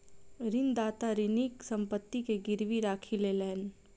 ऋणदाता ऋणीक संपत्ति के गीरवी राखी लेलैन